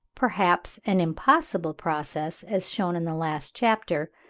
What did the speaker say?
perhaps an impossible process, as shewn in the last chapter,